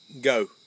Go